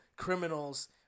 criminals